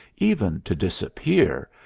even to disappear,